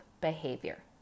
behavior